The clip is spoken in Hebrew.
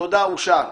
תודה, אושר.